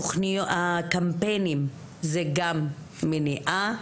הקמפיינים זה גם מניעה.